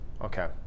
Okay